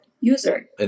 user